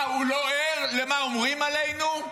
מה, הוא לא ער למה שאומרים עלינו?